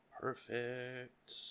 Perfect